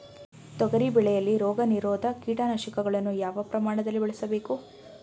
ತೊಗರಿ ಬೆಳೆಯಲ್ಲಿ ರೋಗನಿರೋಧ ಕೀಟನಾಶಕಗಳನ್ನು ಯಾವ ಪ್ರಮಾಣದಲ್ಲಿ ಬಳಸಬೇಕು?